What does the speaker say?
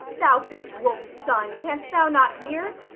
thou bitch-wolf's son, canst thou not hear?